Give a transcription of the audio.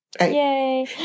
Yay